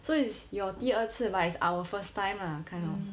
so is your 第二次 but is our first time lah kind of